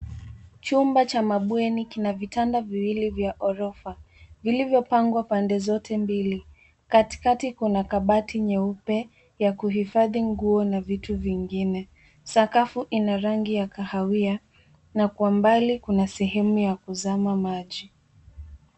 Chumba cha mabweni kina vitanda viwili vya ghorofa, vilivyopangwa pande zote mbili. Katikati kuna kabati nyeupe ya kuhifadhi nguo na vitu vingine. Sakafu ina rangi ya kahawia na kwa mbali kuna sehemu ya kuzama maji.